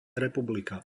republika